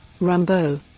Rambo